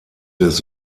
des